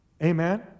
Amen